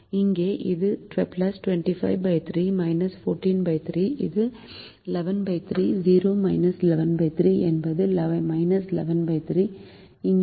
இங்கே இது 253 143 இது 113 0 113 என்பது 113 இங்கே அது 53 73 இது 23